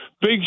big